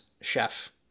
chef